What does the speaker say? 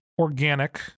Organic